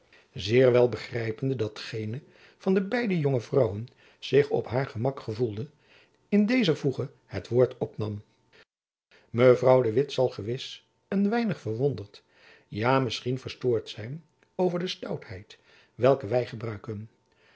zeer wel begrijpende dat geene van de beide jonge vrouwen zich op haar gemak gevoelde in dezer voege het woord opnam mevrouw de witt zal gewis een weinig verwonderd ja misschien verstoord zijn over de stoutheid welke wy gebruiken